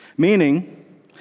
Meaning